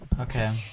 Okay